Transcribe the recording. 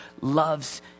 loves